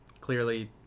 clearly